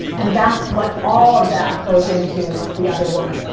and that's what, all that goes into the other woman.